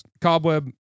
Cobweb